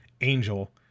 Angel